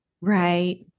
Right